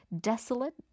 desolate